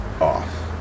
off